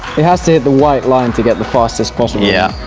it has to hit the white line to get the fastest possible yeah